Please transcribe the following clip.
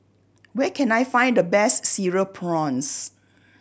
where can I find the best Cereal Prawns